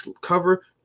cover